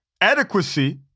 adequacy